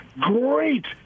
Great